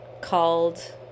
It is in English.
called